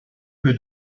que